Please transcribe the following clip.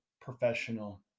professional